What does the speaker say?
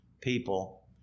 people